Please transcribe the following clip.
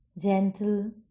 gentle